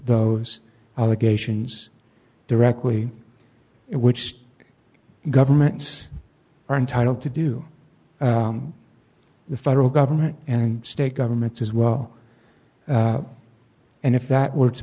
those allegations directly which governments are entitled to do the federal government and state governments as well and if that were to